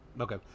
okay